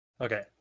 Okay